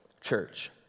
church